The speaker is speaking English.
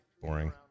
boring